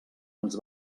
ens